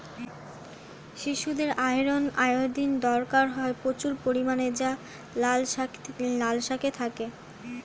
শিশুদের iron, iodine দরকার হয় প্রচুর পরিমাণে যা লাল শাকে থাকে